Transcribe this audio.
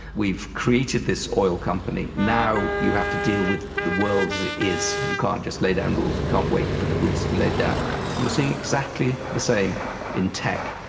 we've created this oil company, now you have to deal with the world as it is, you can't just lay down rules, we can't wait for the rules to be laid down. and you are seeing exactly the same in tech,